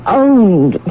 owned